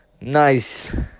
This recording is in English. Nice